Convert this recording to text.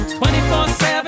24-7